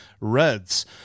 Reds